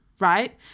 right